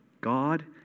God